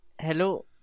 Hello